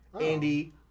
Andy